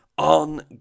on